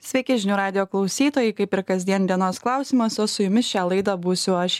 sveiki žinių radijo klausytojai kaip ir kasdien dienos klausimas o su jumis šią laidą būsiu aš